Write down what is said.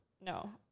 No